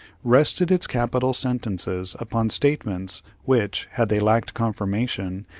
rested its capital sentences upon statements which, had they lacked confirmation,